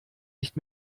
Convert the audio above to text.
nicht